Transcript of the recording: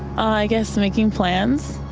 i guess making plans,